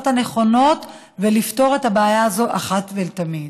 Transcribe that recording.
הנכונות ולפתור את הבעיה הזאת אחת ולתמיד.